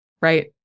right